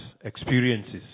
experiences